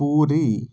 Puri